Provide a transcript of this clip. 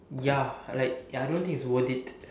ya like ya I don't think it's worth it